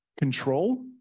Control